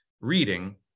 reading